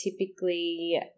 typically